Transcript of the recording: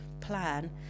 plan